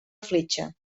fletxa